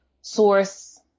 source